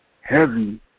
heavy